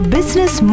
Business